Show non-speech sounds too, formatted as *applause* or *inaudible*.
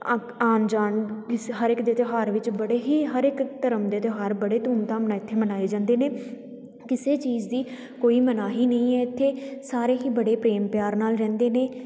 ਆਉਣ ਜਾਣ *unintelligible* ਹਰ ਇੱਕ ਦੇ ਤਿਉਹਾਰ ਵਿੱਚ ਬੜੇ ਹੀ ਹਰ ਇੱਕ ਧਰਮ ਦੇ ਤਿਉਹਾਰ ਬੜੇ ਧੂਮ ਧਾਮ ਨਾਲ ਇੱਥੇ ਮਨਾਏ ਜਾਂਦੇ ਨੇ ਕਿਸੇ ਚੀਜ਼ ਦੀ ਕੋਈ ਮਨਾਹੀ ਨਹੀਂ ਹੈ ਇੱਥੇ ਸਾਰੇ ਹੀ ਬੜੇ ਪ੍ਰੇਮ ਪਿਆਰ ਨਾਲ ਰਹਿੰਦੇ ਨੇ